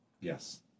Yes